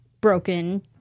broken